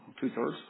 two-thirds